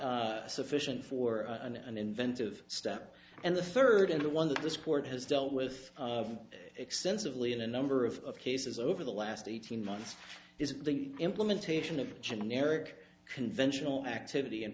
sufficient for an inventive step and the third and the one that this court has dealt with extensively in a number of cases over the last eighteen months is the implementation of generic conventional activity and